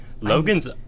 Logan's